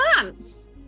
plants